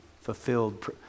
fulfilled